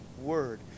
word